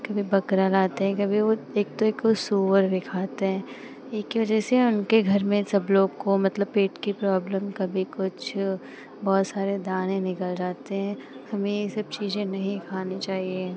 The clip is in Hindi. कभी बकरा लाते हैं कभी वे एक तो एक सुअर भी खाते हैं उनके वजह से उनके घर में सब लोग को मतलब पेट की प्रॉब्लम कभी कुछ बहुत सारे दाने निकल जाते हैं हमें ये सब चीज़ें नहीं खानी चाहिए